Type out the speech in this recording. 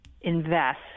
invest